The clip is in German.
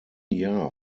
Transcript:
jahr